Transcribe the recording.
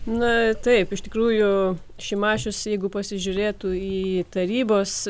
na taip iš tikrųjų šimašius jeigu pasižiūrėtų į tarybos